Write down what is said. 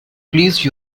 please